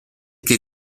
che